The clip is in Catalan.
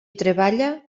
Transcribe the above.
treballa